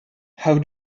how